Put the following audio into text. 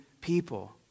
people